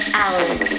hours